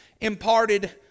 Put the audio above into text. imparted